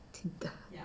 Tinder